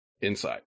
inside